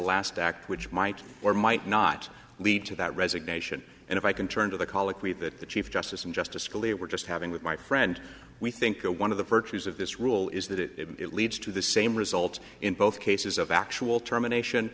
last act which might or might not lead to that resignation and if i can turn to the colloquy that the chief justice and justice scalia were just having with my friend we think one of the virtues of this rule is that it leads to the same result in both cases of actual termination